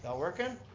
ah working?